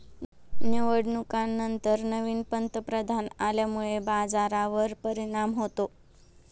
निवडणुकांनंतर नवीन पंतप्रधान आल्यामुळे बाजारावर परिणाम होतो